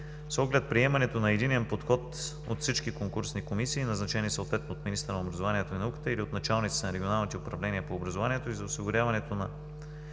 С оглед приемането на единен подход от всички конкурсни комисии, назначени съответно от министъра на образованието и науката, или от началниците на регионалните управления по образованието, и за осигуряването на